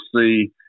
see